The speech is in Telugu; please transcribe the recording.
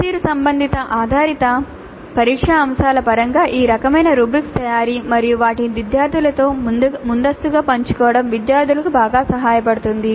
పనితీరు సంబంధిత ఆధారిత పరీక్షా అంశాల పరంగా ఈ రకమైన రుబ్రిక్స్ తయారీ మరియు వాటిని విద్యార్థులతో ముందస్తుగా పంచుకోవడం విద్యార్థులకు బాగా సహాయపడుతుంది